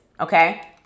Okay